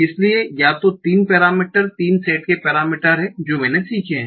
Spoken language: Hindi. इसलिए या तो तीन पैरामीटर तीन सेट के पैरामीटर हैं जो मैंने सीखे है